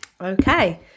Okay